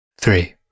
Three